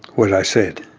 what i said